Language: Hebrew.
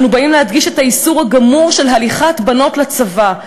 אנו באים להדגיש את האיסור הגמור של הליכת בנות לצבא.